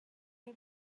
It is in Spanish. más